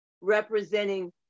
representing